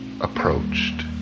approached